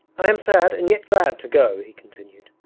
i am sad and yet glad to go he continued.